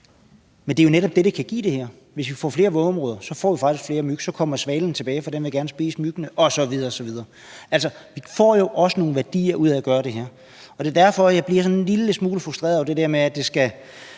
Men det er jo netop det, som det her kan give: Hvis vi får flere vådområder, får vi faktisk flere myg, og så kommer svalen tilbage, for den vil gerne spise myggene osv., osv. Altså, vi får jo også nogle værdier ud af at gøre det her, og det er derfor, jeg bliver sådan en lille smule frustreret over det her med, at det skal